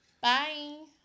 Bye